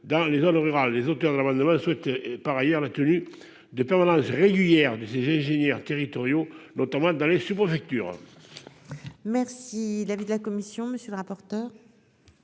dans les zones rurales, les auteurs de l'amendement souhaite par ailleurs la tenue de permanences régulières de ses ingénieurs territoriaux, notamment dans les. Merci l'avis de la commission, monsieur le rapporteur.